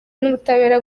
n’ubutabera